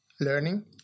learning